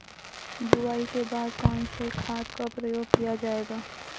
बुआई के बाद कौन से खाद का प्रयोग किया जायेगा?